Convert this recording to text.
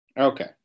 Okay